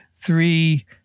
three